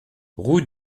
rue